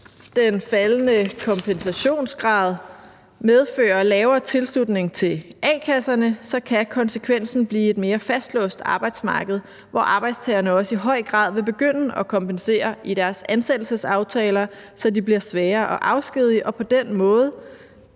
Hvis den faldende kompensationsgrad medfører lavere tilslutning til a-kasserne, kan konsekvensen blive et mere fastlåst arbejdsmarked, hvor arbejdstagerne også i høj grad vil begynde at kompensere i deres ansættelsesaftaler, så de bliver sværere at afskedige, og på den måde